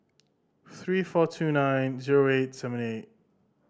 three four two nine zero eight seven eight